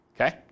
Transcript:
Okay